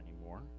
anymore